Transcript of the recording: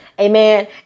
Amen